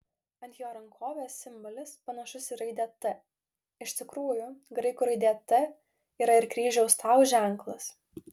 ant jo rankovės simbolis panašus į raidę t iš tikrųjų graikų raidė t yra ir kryžiaus tau ženklas